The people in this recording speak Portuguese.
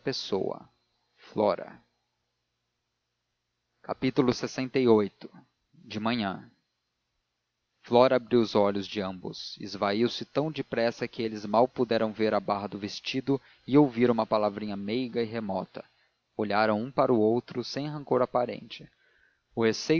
pessoa flora lxviii de manhã flora abriu os olhos de ambos e esvaiu-se tão depressa que eles mal puderam ver a barra do vestido e ouvir uma palavrinha meiga e remota olharam um para o outro sem rancor aparente o